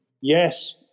Yes